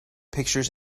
pictures